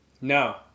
No